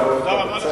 עברו אותו בית-ספר,